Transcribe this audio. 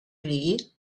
read